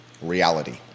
reality